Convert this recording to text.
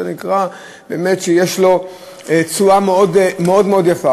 זה נקרא באמת שיש לו תשואה מאוד מאוד יפה.